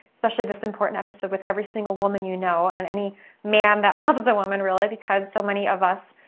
especially this important episode with every single woman you know and any man that loves a woman really because so many of us,